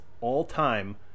all-time